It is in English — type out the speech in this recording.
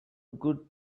good